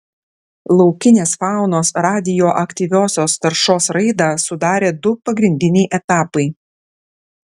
laukinės faunos radioaktyviosios taršos raidą sudarė du pagrindiniai etapai